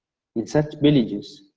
in such villages,